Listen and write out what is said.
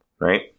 right